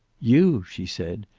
you! she said.